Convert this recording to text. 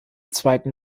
zweiten